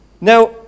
Now